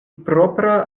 propra